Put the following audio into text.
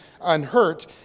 unhurt